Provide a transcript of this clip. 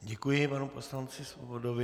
Děkuji panu poslanci Svobodovi.